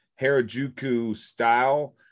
Harajuku-style